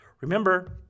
Remember